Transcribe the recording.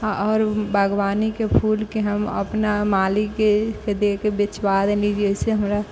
आओर बागवानीके फूलके हम अपना मालीके देके बेचबा देली जाहिसँ हमरा